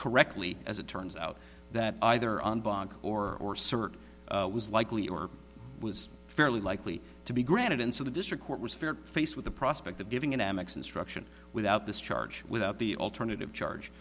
correctly as it turns out that either on or was likely or was fairly likely to be granted and so the district court was fair faced with the prospect of giving an amex instruction without this charge without the alternative charge